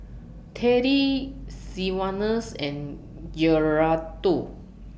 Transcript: Teddy Sylvanus and Gerardo